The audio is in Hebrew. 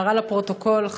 הערה לפרוטוקול.